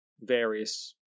various